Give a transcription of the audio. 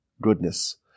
goodness